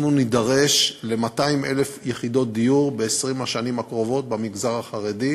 אנחנו נידרש ל-200,000 יחידות דיור ב-20 השנים הקרובות במגזר החרדי,